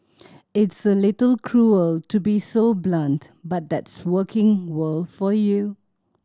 it's a little cruel to be so blunt but that's working world for you